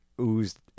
oozed